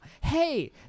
Hey